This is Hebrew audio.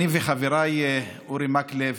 אני וחבריי אורי מקלב,